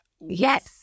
Yes